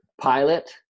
pilot